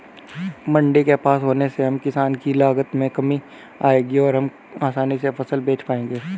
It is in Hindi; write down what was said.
मंडी के पास होने से हम किसान की लागत में कमी आएगी और हम आसानी से फसल बेच पाएंगे